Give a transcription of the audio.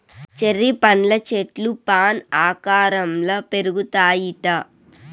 cherry పండ్ల చెట్లు fan ఆకారంల పెరుగుతాయిట